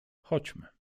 chodźmy